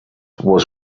was